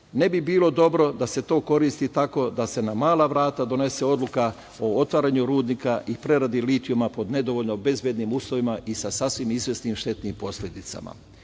ne bi bilo dobro da se to koristi tako da se na mala vrata donese odluka o otvaranju rudnika i preradi litijuma pod nedovoljno bezbednim uslovima i sa sasvim izvesnim štetnim posledicama. Najavama